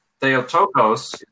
Theotokos